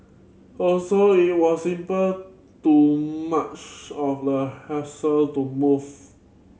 also it was simple too much of a hassle to move